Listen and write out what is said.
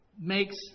makes